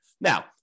Now